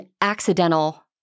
accidental